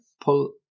pull